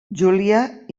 júlia